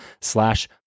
slash